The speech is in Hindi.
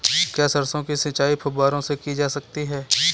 क्या सरसों की सिंचाई फुब्बारों से की जा सकती है?